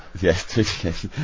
yes